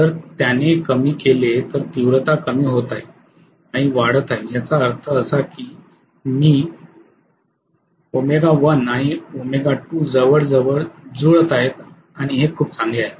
जर त्याने कमी केले तर तीव्रता कमी होत आहे आणि वाढत आहे याचा अर्थ असा की मी आणि जवळजवळ जुळत आहे आणि खूप चांगले आहे